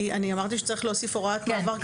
אמרתי שצריך להוסיף הוראת מעבר.